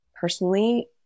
personally